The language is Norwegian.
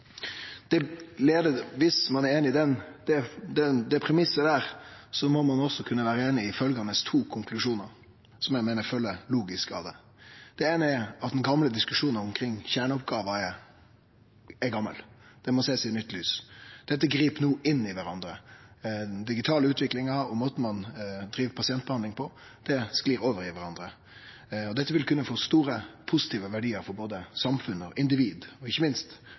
Viss ein er einig i den premissen, må ein òg kunne vere einig i dei følgjande to konklusjonane, som eg meiner følgjer logisk av det. Den eine er at den gamle diskusjonen om kjerneoppgåver nettopp er gamal. Den må sest i nytt lys. Dette grip no inn i kvarandre – den digitale utviklinga og måten ein driv pasientbehandling på, sklir over i kvarandre. Dette vil kunne gi store, positive verdiar for både samfunn og individ og ikkje minst